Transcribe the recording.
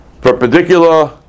perpendicular